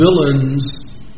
villains